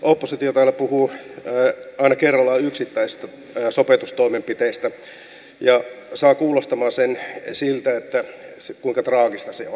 oppositio täällä puhuu aina yksittäisistä sopeutustoimenpiteistä kerrallaan ja saa sen kuulostamaan siltä että kuinka traagista se on